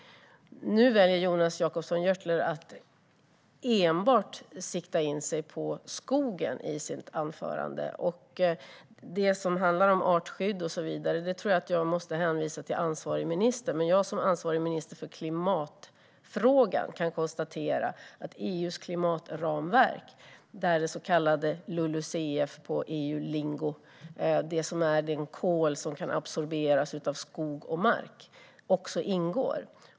Nu väljer Jonas Jacobsson Gjörtler att enbart sikta in sig på skogen. Det som handlar om artskydd och så vidare tror jag att jag måste hänvisa till ansvarig minister, men jag som ansvarig minister för klimatfrågan kan diskutera EU:s klimatramverk, där det så kallade LULUCF på EU-lingo den kol som kan absorberas av skog och mark - också ingår.